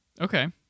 Okay